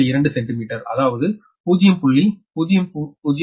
2 centimetre அதாவது 0